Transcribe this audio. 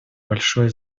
большое